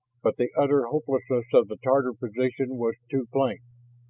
but the utter hopelessness of the tatar position was too plain.